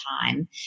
time